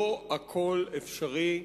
לא הכול אפשרי.